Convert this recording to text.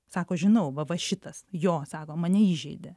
sako žinau va va šitas jo sako mane įžeidė